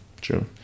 true